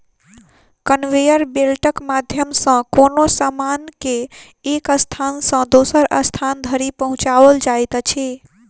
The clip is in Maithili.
कन्वेयर बेल्टक माध्यम सॅ कोनो सामान के एक स्थान सॅ दोसर स्थान धरि पहुँचाओल जाइत अछि